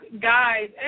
guys